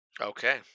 Okay